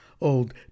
Old